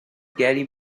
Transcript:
gary